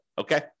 Okay